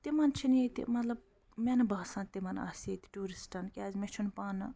تِمَن چھِنہٕ ییٚتہِ مطلب مےٚ نہٕ باسان تِمَن آسہِ ییٚتہِ ٹوٗرِسٹَن کیٛازِ مےٚ چھُنہٕ پانہٕ